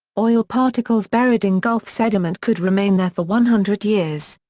oil particles buried in gulf sediment could remain there for one hundred years.